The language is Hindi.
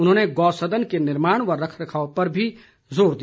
उन्होंने गौ सदन के निर्माण व रखरखाव पर भी जोर दिया